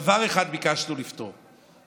דבר אחד ביקשנו לפתור,